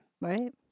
Right